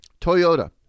toyota